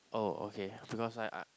oh okay because I I